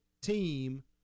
team